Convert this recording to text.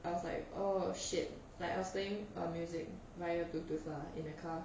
I was like oh shit like I was playing uh music via bluetooth lah in a car